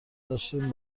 داشتین